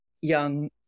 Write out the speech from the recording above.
young